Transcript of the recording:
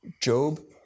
Job